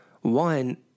one